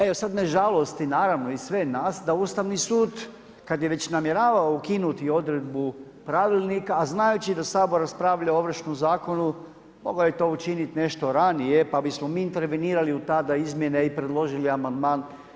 E, sad na žalost i naravno i sve nas, da Ustavni sud, kad je već namjeravao ukinuti odredbu pravilnika, a znajući da Sabor raspravlja o Ovršnom zakonu, mogao je to učiniti nešto ranije pa bismo mi intervenirali u tada izmjene i predložili amandman.